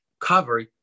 cover